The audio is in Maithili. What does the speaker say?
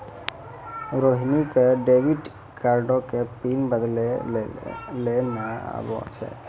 रोहिणी क डेबिट कार्डो के पिन बदलै लेय नै आबै छै